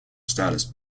status